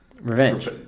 Revenge